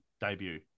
debut